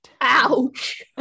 Ouch